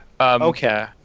Okay